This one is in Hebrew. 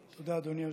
תודה, אדוני היושב-ראש.